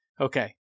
okay